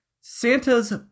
Santa's